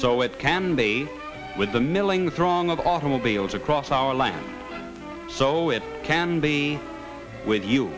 so it candy with the milling throng of automobiles across our land so it can be with you